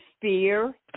fear